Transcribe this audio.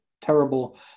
Terrible